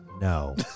No